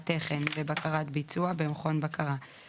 אם יש מגבלות שהתוכנית קבעה בעקבות זאת,